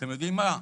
אתם יודעים מה?